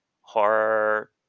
horror